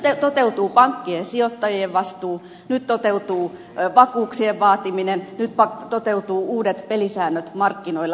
nyt toteutuu pankkien ja sijoittajien vastuu nyt toteutuu vakuuksien vaatiminen nyt toteutuvat uudet pelisäännöt markkinoilla